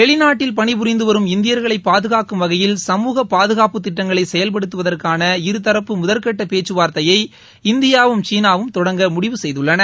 வெளிநாட்டில் பணிபுரிந்து வரும் இந்தியர்களை பாதுகாக்கும் வகையில் சமூக பாதுகாப்பு திட்டங்களை செயல்படுத்துவதற்கான இருதரப்பு முதற்கட்ட பேச்கவார்த்தையை இந்தியாவும் சீனாவும் தொடங்க முடிவு செய்துள்ளன